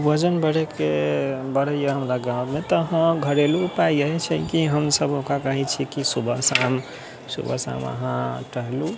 वजन बढ़यके बढ़ैत यए हमरा गाँवमे तऽ हँ घरेलू उपाय इएह छै कि हमसभ ओकरा कहैत छी कि सुबह शाम सुबह शाम अहाँ टहलू